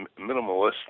minimalist